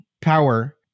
power